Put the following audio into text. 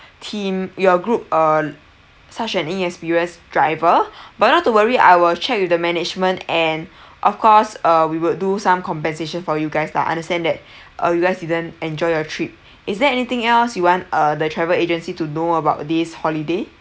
team your group err such an inexperienced driver but not to worry I will check with the management and of course uh we would do some compensation for you guys lah understand that uh you guys didn't enjoy your trip is there anything else you want uh the travel agency to know about this holiday